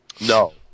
No